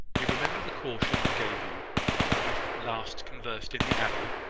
you remember the caution i gave you when we last conversed in the abbey,